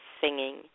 singing